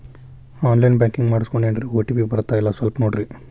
on line banking ಮಾಡಿಸ್ಕೊಂಡೇನ್ರಿ OTP ಬರ್ತಾಯಿಲ್ಲ ಸ್ವಲ್ಪ ನೋಡ್ರಿ